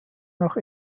nach